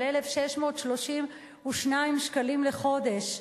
על 1,632 שקלים לחודש,